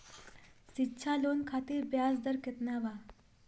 शिक्षा लोन खातिर ब्याज दर केतना बा?